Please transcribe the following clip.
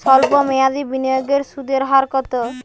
সল্প মেয়াদি বিনিয়োগের সুদের হার কত?